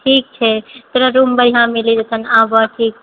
ठीक छै तोरा रूम बढ़िआँ मिलि जेतनि आबह ठीक